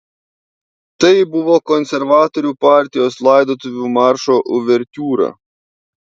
tai buvo konservatorių partijos laidotuvių maršo uvertiūra